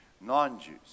Non-Jews